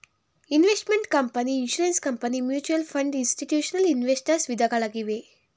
investment company, insurance company, mutual fund, institutional investors ವಿಧಗಳಾಗಿವೆ